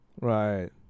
Right